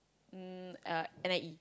um uh N_I_E